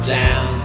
down